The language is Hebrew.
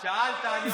שאלת, אני